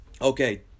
Okay